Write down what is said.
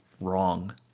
wrong